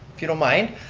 if you don't mind.